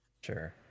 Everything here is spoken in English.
Sure